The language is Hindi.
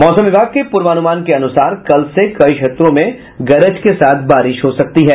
मौसम विभाग के पूर्वानुमान के अनुसार कल से कई क्षेत्रों में गरज के साथ बारिश हो सकती है